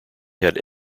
had